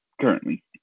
currently